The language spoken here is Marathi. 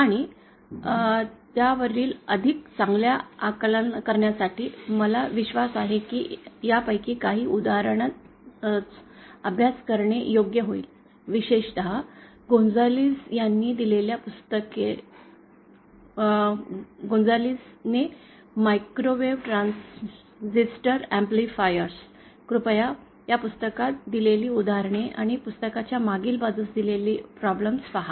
आणि त्यावरील अधिक चांगल्या आकलन करण्यासाठी मला विश्वास आहे की यापैकी काही उदाहरणच अभ्यास करणे योग्य होईल विशेषत गोंजालेस यांनी दिलेली पुस्तके गोंझालेज ने मायक्रोवेव्ह ट्रान्झिस्टर ऍम्प्लिफायर कृपया पुस्तकात दिलेली उदाहरणे आणि पुस्तकाच्या मागील बाजूस दिलेल्या समस्ये पहा